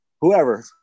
whoever